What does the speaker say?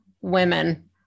women